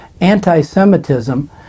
anti-Semitism